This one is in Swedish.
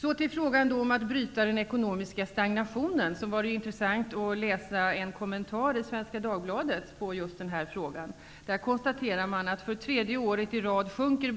Så över till frågan om att bryta den ekonomiska stagnationen. Det var intressant att läsa en kommentar i Svenska Dagbladet i den frågan. Det konstaterades där att bruttonationalproduktionen för tredje året i rad sjunker